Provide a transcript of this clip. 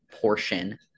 portion